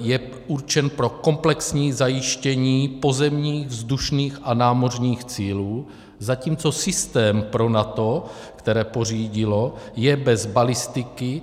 je určen pro komplexní zajištění pozemních, vzdušných a námořních cílů, zatímco systém pro NATO, které pořídilo, je bez balistiky.